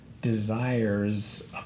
desires